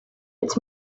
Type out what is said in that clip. its